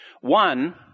One